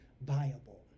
Viable